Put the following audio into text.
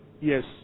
yes